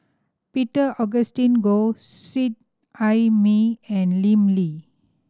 Peter Augustine Goh Seet Ai Mee and Lim Lee